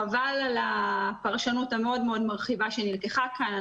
חבל על הפרשנות המאוד מאוד מרחיבה שנלקחה כאן.